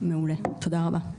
מעולה, תודה רבה.